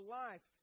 life